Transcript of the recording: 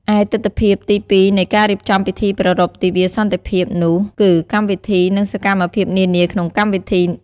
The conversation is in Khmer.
ឯទិដ្ឋភាពទីពីរនៃការរៀបចំពិធីប្រារព្ធទិវាសន្តិភាពនោះគឺកម្មវិធី និងសកម្មភាពនានាក្នុងកម្មវិធី។